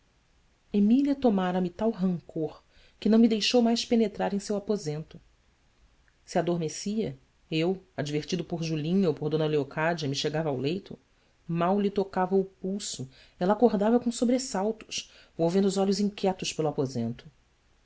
emília tomara me tal rancor que não me deixou mais penetrar em seu aposento se adormecia e eu advertido por julinha ou por d leocádia me chegava ao leito mal lhe tocava o pulso ela acordava com sobressaltos volvendo os olhos inquietos pelo aposento